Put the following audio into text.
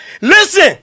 Listen